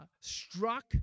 struck